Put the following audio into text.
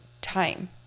time